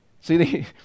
see